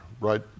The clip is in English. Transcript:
right